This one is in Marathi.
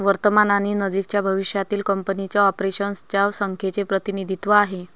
वर्तमान आणि नजीकच्या भविष्यातील कंपनीच्या ऑपरेशन्स च्या संख्येचे प्रतिनिधित्व आहे